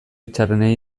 txarrenei